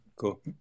cool